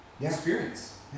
experience